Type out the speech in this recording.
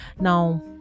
now